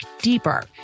deeper